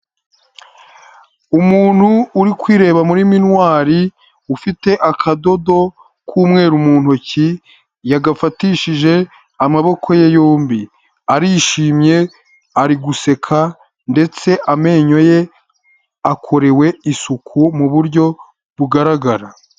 Umuntu uri kwireba muri miriwari ufite akadodo k'umweru mu ntoki yagafatishije amaboko ye yombi arishimye ari guseka ndetse amenyo ye akorewe isuku mu buryo bugaragara.